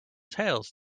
tales